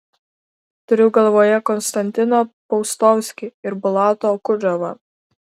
turiu galvoje konstantiną paustovskį ir bulatą okudžavą